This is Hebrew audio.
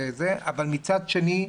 אבל מצד שני,